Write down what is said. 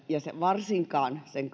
ja varsinkaan sen